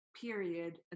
period